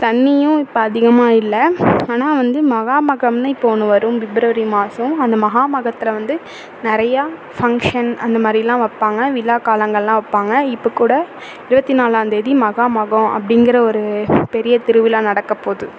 தண்ணியும் இப்போ அதிகமாக இல்லை ஆனால் வந்து மகாமகம்னு இப்போது ஒன்று வரும் பிப்ரவரி மாதம் அந்த மகா மகத்தில் வந்து நிறையா ஃபங்க்ஷன் அந்த மாதிரிலாம் வைப்பாங்க விழாக்காலங்களெலாம் வைப்பாங்க இப்போ கூட இருபத்தி நாலாம்தேதி மகாமகம் அப்படிங்கிற ஒரு பெரிய திருவிழா நடக்கப்போகுது